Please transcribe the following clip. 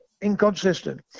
inconsistent